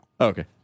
Okay